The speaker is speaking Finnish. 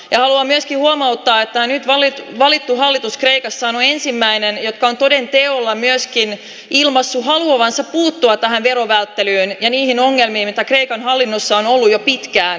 haluan myöskin huomauttaa että nyt valittu hallitus kreikassa on ensimmäinen joka on toden teolla myöskin ilmaissut haluavansa puuttua tähän verovälttelyyn ja niihin ongelmiin joita kreikan hallinnossa on ollut jo pitkään